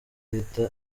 leta